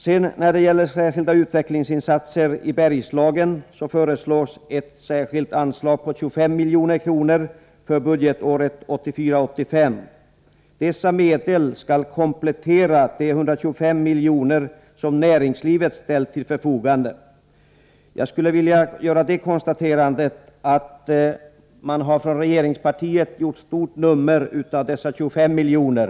När det sedan gäller särskilda utvecklingsinsatser i Bergslagen föreslås ett anslag på 25 milj.kr. för budgetåret 1984/85. Dessa medel skall komplettera de 125 miljoner som näringslivet ställt till förfogande. Jag skulle vilja göra det konstaterandet att regeringspartiet gjort ett stort nummer av dessa 25 miljoner.